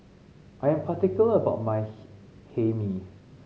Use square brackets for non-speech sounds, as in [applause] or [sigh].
I am particular about my [unintelligible] Hae Mee